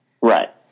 Right